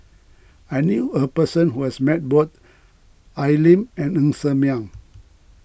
I knew a person who has met both Al Lim and Ng Ser Miang